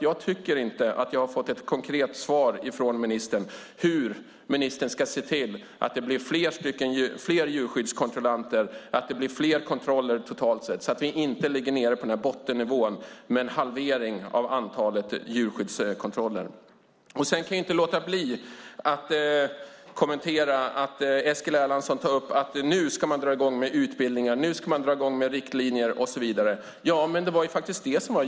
Jag tycker inte att jag har fått något konkret svar på hur ministern ska se till att det blir fler djurskyddskontrollanter och fler kontroller så att vi inte ligger på den här bottennivån med en halvering av antalet djurskyddskontroller. Eskil Erlandsson säger att man nu ska dra i gång med utbildningar, riktlinjer och så vidare.